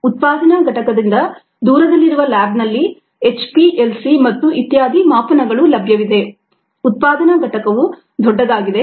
ಉತ್ಪಾದನಾ ಘಟಕದಿಂದ ದೂರದಲ್ಲಿರುವ ಲ್ಯಾಬ್ನಲ್ಲಿ ಎಚ್ಪಿಎಲ್ಸಿ ಮತ್ತು ಇತ್ಯಾದಿ ಮಾಪನಗಳು ಲಭ್ಯವಿದೆ ಉತ್ಪಾದನಾ ಘಟಕವು ದೊಡ್ಡದಾಗಿದೆ